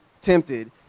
tempted